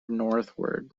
northward